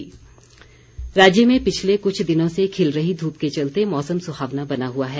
मौसम राज्य में पिछले कुछ दिनों से खिल रही धूप के चलते मौसम सुहावना बना हुआ है